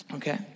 Okay